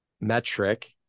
metric